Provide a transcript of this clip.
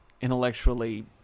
intellectually